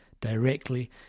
directly